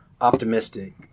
optimistic